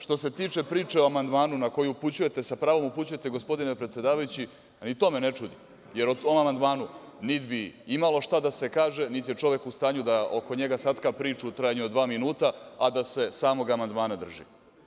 Što se tiče priče o amandmanu na koju upućujete, sa pravom upućujete, gospodine predsedavajući, a ni to me ne čudi, jer o tom amandmanu niti bi imalo šta da se kaže, niti je čovek u stanju da oko njega satka priču u trajanju od dva minuta, a da se samog amandmana drži.